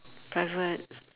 private s~